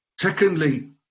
Secondly